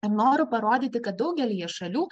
noriu parodyti kad daugelyje šalių